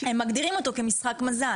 הם מגדירים אותו כמשחק מזל.